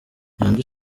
nyandwi